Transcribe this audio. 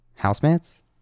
Housemates